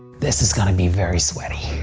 this is gonna be very sweaty!